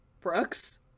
Brooks